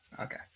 Okay